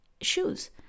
shoes